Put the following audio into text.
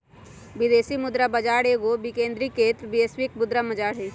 विदेशी मुद्रा बाजार एगो विकेंद्रीकृत वैश्विक मुद्रा बजार हइ